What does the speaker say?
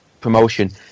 promotion